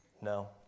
no